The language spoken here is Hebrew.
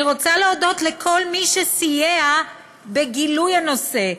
אני רוצה להודות לכל מי שסייע בגילוי הנושא.